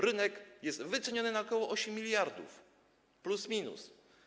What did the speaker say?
Rynek jest wyceniony na ok. 8 mld, plus minus.